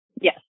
Yes